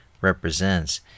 represents